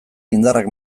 indarrak